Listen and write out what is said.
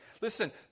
Listen